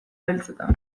beltzetan